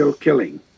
killing